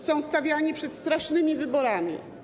Są stawiani przed strasznymi wyborami.